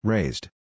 Raised